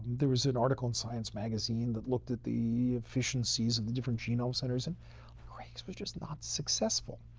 there was an article in science magazine that looked at the efficiencies of the different genome centers and craig's were just not successful.